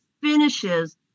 finishes